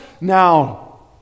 now